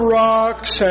rocks